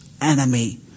enemy